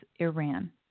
Iran